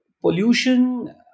pollution